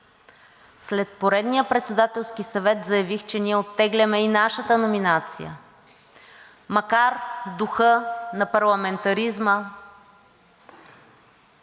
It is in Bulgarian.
След поредния Председателски съвет заявих, че ние оттегляме и нашата номинация, макар духът на парламентаризма